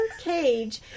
cage